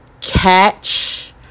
catch